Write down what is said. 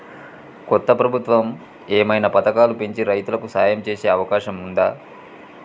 కొత్త ప్రభుత్వం ఏమైనా పథకాలు పెంచి రైతులకు సాయం చేసే అవకాశం ఉందా?